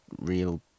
real